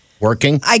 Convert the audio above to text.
Working